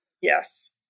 Yes